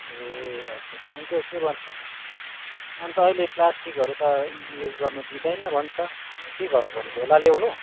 ए अच्छा अच्छा अन्त के भन्छ अन्त अहिले प्लास्टिकहरू त युज गर्नु दिँदैन भन्छ के गर्नु पर्ने झोला ल्याउनु